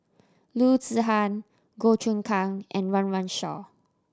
Loo Zihan Goh Choon Kang and Run Run Shaw